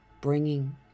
bringing